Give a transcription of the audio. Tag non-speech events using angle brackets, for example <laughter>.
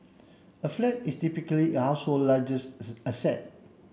a flat is typically a household's largest <unintelligible> asset